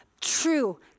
true